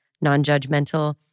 non-judgmental